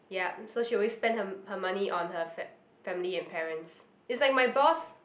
yup so she always spend her her money on her fa~ family and parents it's like my boss